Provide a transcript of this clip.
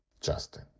Justin